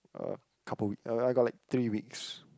a couple week uh I got like three weeks